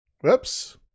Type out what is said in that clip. Whoops